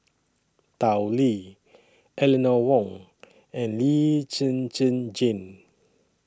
Tao Li Eleanor Wong and Lee Zhen Zhen Jane